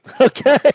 okay